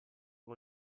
con